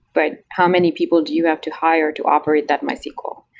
but how many people do you have to hire to operate that mysql?